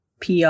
PR